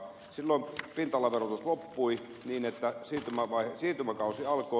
silloin pinta alaverotus loppui ja siirtymäkausi alkoi